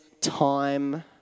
time